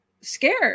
scared